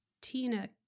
Tina